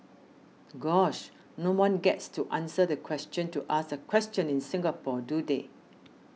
gosh no one gets to answer the question to ask a question in Singapore do they